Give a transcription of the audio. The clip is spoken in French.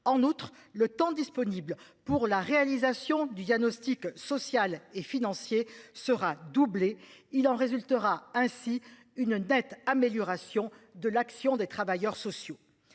en outre le temps disponible pour la réalisation du diagnostic social et financier sera doublé, il en résultera ainsi une dette, amélioration de l'action des travailleurs sociaux